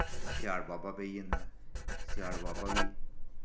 सेआड़ बाबा पेई जन्दा ऐ सेआड़ बाबा बी